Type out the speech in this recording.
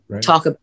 talk